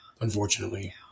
unfortunately